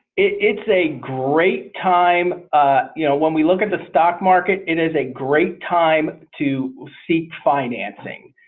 it's a great time. you know when we look at the stock market it is a great time to seek financing.